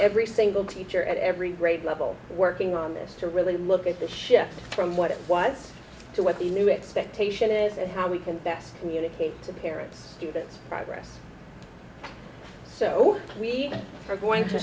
every single teacher at every grade level working on this to really look at the shift from what it was to what the new expectation is and how we can best communicate to parents through this progress so we are going to